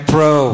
Pro